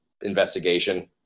investigation